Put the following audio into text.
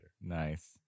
nice